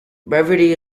brevity